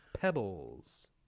Pebbles